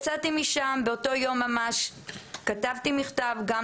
אמנת הפליטים נכתבה בעזרה ובתמיכה של הקהילות